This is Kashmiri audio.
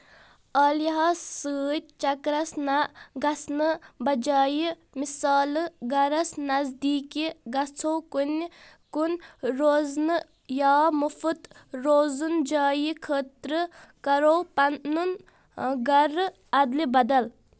عالیاہَس سۭتۍ چکرس نہ گَژھنہٕ بجایہِ، مِثالہٕ ، گَرس نزدیٖکی گٔژھو کُنہِ کُن روزنہ یا مُفُت روزُن جایہ خٲطرٕ کٔرِو پنُن گَر ادلہ بَدل